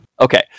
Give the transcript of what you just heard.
Okay